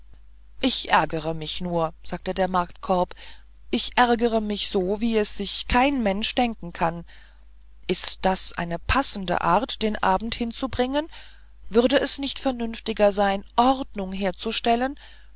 ich ärgere mich nur sagte der marktkorb ich ärgere mich so wie es sich kein mensch denken kann ist das eine passende art den abend hinzubringen würde es nicht vernünftiger sein ordnung herzustellen